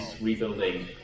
rebuilding